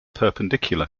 perpendicular